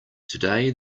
today